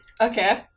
Okay